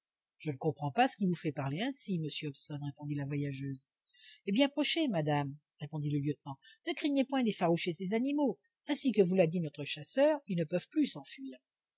je ne comprends pas ce qui vous fait parler ainsi monsieur hobson répondit la voyageuse eh bien approchez madame répondit le lieutenant ne craignez point d'effaroucher ces animaux ainsi que vous l'a dit notre chasseur ils ne peuvent plus s'enfuir